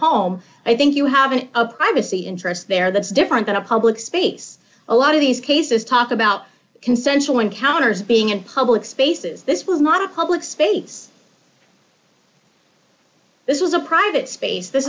home i think you have of privacy interests there that's different than a public space a lot of these cases talk about consensual encounters being in public spaces this was not a public space this was a private space this